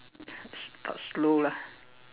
start slow lah